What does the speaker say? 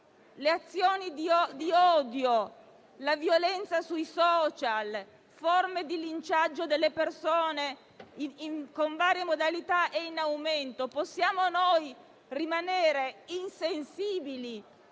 le azioni di odio, la violenza sui *social* e le forme di linciaggio delle persone, con varie modalità, sono in aumento. Possiamo noi rimanere insensibili